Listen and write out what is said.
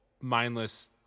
mindless